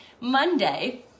Monday